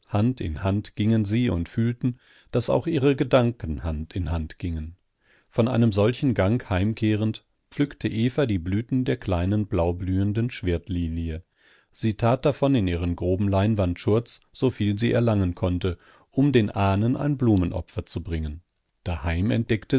hand in hand gingen sie und fühlten daß auch ihre gedanken hand in hand gingen von einem solchen gang heimkehrend pflückte eva die blüten der kleinen blaublühenden schwertlilie sie tat davon in ihren groben leinwandschurz so viel sie erlangen konnte um den ahnen ein blumenopfer zu bringen daheim